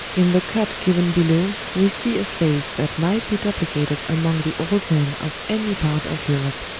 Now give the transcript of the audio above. in the cut given below we see a face that might be duplicated among the old men of any part of europe.